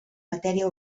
matèria